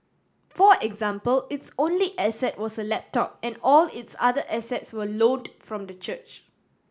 for example its only asset was a laptop and all its other assets were loaned from the church